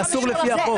אבל זה אסור לפי החוק.